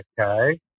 Okay